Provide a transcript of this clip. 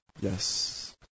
Yes